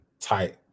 tight